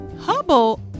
Hubble